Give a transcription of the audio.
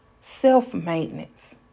self-maintenance